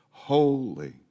holy